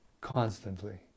constantly